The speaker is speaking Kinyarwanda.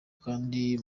kandi